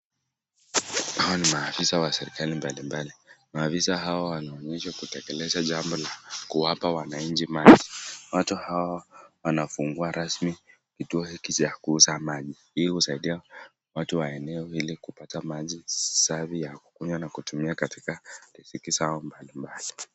Hawa ni maafisa wa serikali mbali mbali maafisa hawa wameonyeshwa kutekeleza jambo la kuwapa wananchi maji watu hawa wanafungua rasmi kituo hiki ya kuuza maji hii husaidia watu wa eneo hili kupata maji safi ya kukunywa na kutumia katika riziki zao mbalimbali.